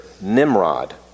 Nimrod